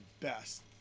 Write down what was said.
best